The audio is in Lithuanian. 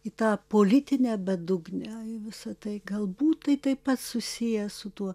į tą politinę bedugnę visa tai galbūt tai taip pat susiję su tuo